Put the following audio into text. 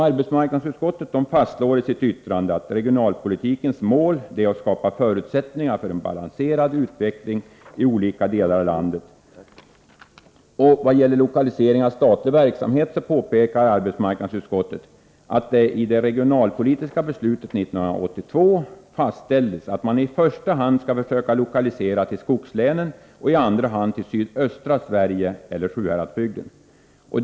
Arbetsmarknadsutskottet fastslår i sitt yttrande att regionalpolitikens mål bl.a. är att skapa förutsättningar för en balanserad utveckling i olika delar av landet. Vad gäller lokalisering av statlig verksamhet påpekar arbetsmarknadsutskottet att det i det regionalpolitiska beslutet 1982 fastställdes att man i första hand skall försöka lokalisera till skogslänen och i andra hand till sydöstra Sverige och Sjuhäradsbygden.